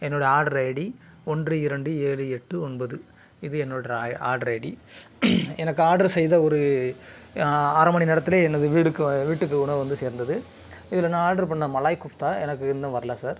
என்னோடய order ID ஒன்று இரண்டு ஏழு எட்டு ஒன்பது இது என்னோடய ஆ ஆர்டர் ஐடி எனக்கு ஆர்டர் செய்த ஒரு அரை மணி நேரத்திலே எனது வீடுக்கு வீட்டுக்கு உணவு வந்து சேர்ந்தது இதில் நான் ஆர்டர் பண்ண மலாய் குஃப்த்தா எனக்கு இன்னும் வரல சார்